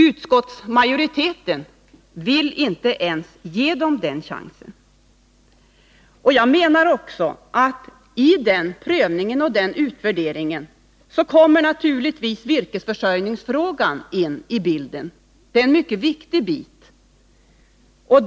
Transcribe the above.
Utskottsmajoriteten vill inte ge dem ens den chansen. Vid en sådan prövning eller utvärdering kommer naturligtvis virkesförsörjningsfrågan in i bilden. Det är en mycket viktig delfråga.